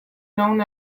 known